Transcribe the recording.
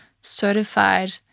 certified